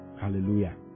Hallelujah